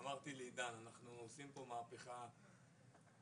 אמרתי לעידן שאנחנו עושים פה מהפכה היסטורית.